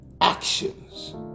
actions